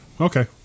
okay